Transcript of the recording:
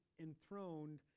enthroned